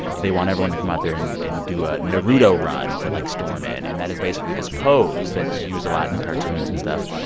they want everyone to come out there and and do a naruto run to, like, storm in. and that is basically this pose that's used a lot in cartoons and stuff.